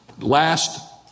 last